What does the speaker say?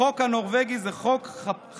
החוק הנורבגי זה חוק חאפ-לאפ.